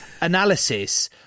analysis